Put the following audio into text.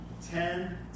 Ten